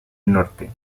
norte